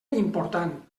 important